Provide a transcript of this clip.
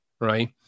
right